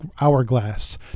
Hourglass